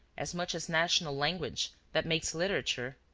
as much as national language, that makes literature?